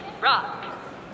Rock